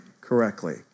correctly